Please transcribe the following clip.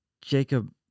Jacob